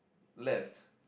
left